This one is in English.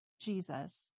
Jesus